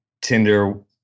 Tinder